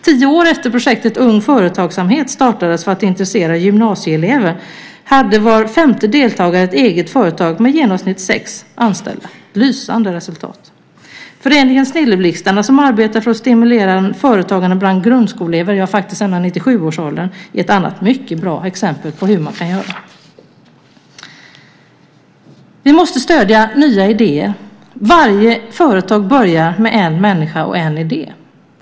Tio år efter det att projektet Ung företagsamhet startades för att intressera gymnasieelever hade var femte deltagare ett eget företag med i genomsnitt sex anställda. Lysande resultat! Föreningen Snilleblixtarna, som arbetar för att stimulera företagande bland grundskoleelever, faktiskt ända ned till sjuårsåldern, är ett annat mycket bra exempel på hur man kan göra. Vi måste stödja nya idéer. Varje företag börjar med en människa och en idé.